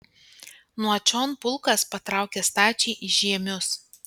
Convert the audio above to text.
nuo čion pulkas patraukė stačiai į žiemius